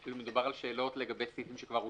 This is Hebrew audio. מדובר על שאלות לגבי סעיפים שכבר אושרו?